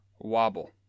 wobble